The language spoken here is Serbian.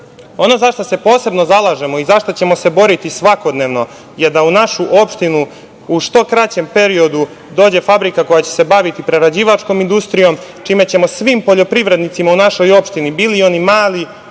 za šta se posebno zalažemo i za šta ćemo se boriti svakodnevno je da u našu opštinu u što kraćem periodu dođe fabrika koja će se baviti prerađivačkom industrijom, čime ćemo svim poljoprivrednicama u našoj opštini, bili oni mali